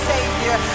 Savior